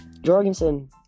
Jorgensen